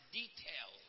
details